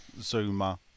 Zuma